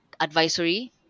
advisory